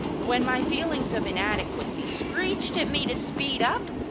when my feelings of inadequacy screeched at me to speed up,